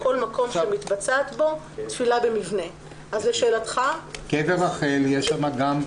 כלל כל איסור יציאה למטרה שאינה מנויה,